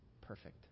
perfect